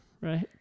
Right